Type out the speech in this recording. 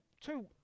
two